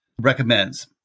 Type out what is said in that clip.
recommends